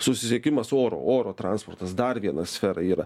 susisiekimas oro oro transportas dar viena sfera yra